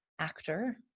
Actor